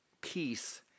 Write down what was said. peace